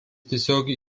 tiesiogiai